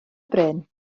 bryn